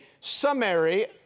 summary